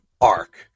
arc